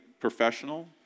professional